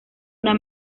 una